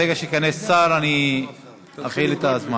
ברגע שייכנס שר, אני אפעיל את השעון.